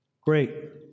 Great